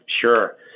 Sure